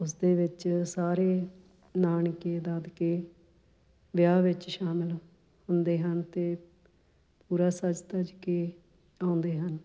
ਉਸਦੇ ਵਿੱਚ ਸਾਰੇ ਨਾਨਕੇ ਦਾਦਕੇ ਵਿਆਹ ਵਿੱਚ ਸ਼ਾਮਿਲ ਹੁੰਦੇ ਹਨ ਅਤੇ ਪੂਰਾ ਸਜ ਧਜ ਕੇ ਆਉਂਦੇ ਹਨ